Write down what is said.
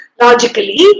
logically